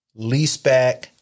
leaseback